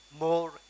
more